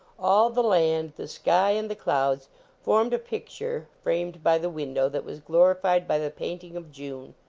all the land, the sky and the clouds formed a picture framed by the window that was glorified by the painting of june.